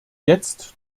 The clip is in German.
jetzt